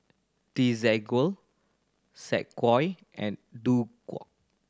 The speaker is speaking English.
Desigual Saucony and Doux